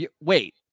wait